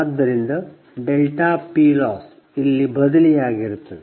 ಆದ್ದರಿಂದ PLoss ಇಲ್ಲಿ ಬದಲಿಯಾಗಿರುತ್ತದೆ